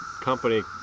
company